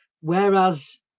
whereas